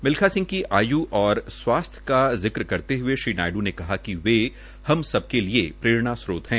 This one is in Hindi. मिल्खा सिंह की आयू और स्वास्थ्य का जिक करते हुए श्री नायडू ने कहा कि वे हम सबके लिए प्रेरणा स्त्रोत हैं